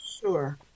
Sure